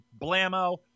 blammo